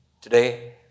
Today